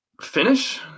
Finish